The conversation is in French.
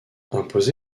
imposé